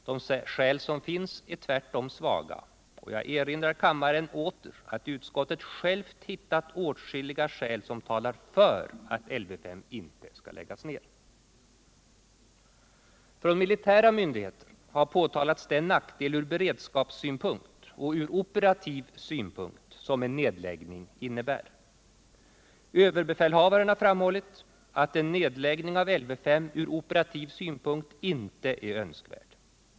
De skäl som finns är tvärtom svaga, och jag erinrar åter kammarens ledamöter om att utskottet självt hittat åtskilliga skäl som talar för att Lv 5 inte bör läggas ned. Militära myndigheter har påtalat den nackdel från beredskapssynpunkt och från operativ synpunkt som en nedläggning innebär. Överbefälhavaren har framhållit att en nedläggning av Lv 5 från operativ synpunkt inte är önskvärd.